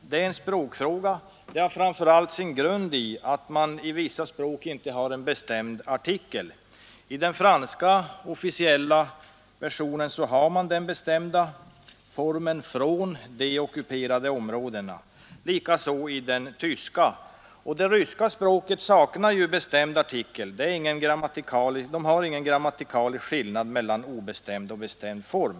Det är en språkfråga — det har fram för allt sin grund i att man i vissa språk inte har någon bestämd artikel. I den franska officiella versionen har man den bestämda formen ”från de ockuperade områdena”. Det har man också i den tyska versionen. Det ryska språket saknar bestämd artikel. Där har man ingen grammatikalisk skillnad mellan obestämd och bestämd form.